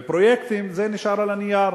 ופרויקטים, זה נשאר על הנייר.